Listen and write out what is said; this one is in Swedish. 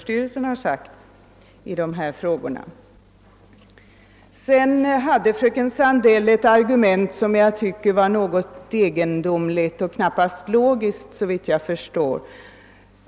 Sedan hade fröken Sandell ett argument som jag tycker var ganska egendomligt och knappast logiskt.